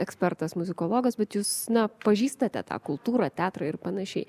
ekspertas muzikologas bet jūs nepažįstate tą kultūrą teatrą ir pan